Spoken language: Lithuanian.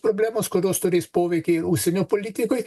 problemos kurios turės poveikį užsienio politikoj